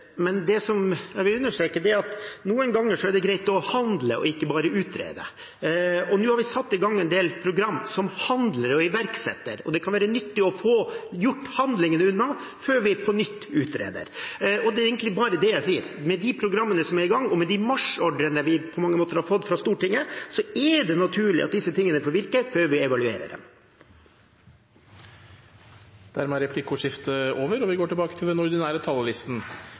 Men jeg vil understreke at noen ganger er det greit å handle og ikke bare utrede, og nå har vi satt i gang en del program som handler og iverksetter, og det kan være nyttig å få gjort handlingene unna før vi på nytt utreder. Det er egentlig bare det jeg sier. Med de programmene som er i gang, og med de marsjordrene vi på mange måter har fått fra Stortinget, er det naturlig at disse tingene får virke før vi evaluerer dem. Dermed er replikkordskiftet over.